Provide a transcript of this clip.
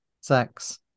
sex